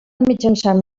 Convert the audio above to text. mitjançant